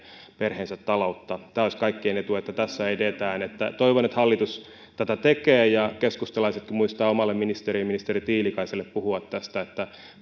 perheensä taloutta tämä olisi kaikkien etu että tässä edetään toivon että hallitus tätä tekee ja keskustalaisetkin muistavat omalle ministerille ministeri tiilikaiselle puhua tästä että